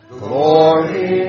Glory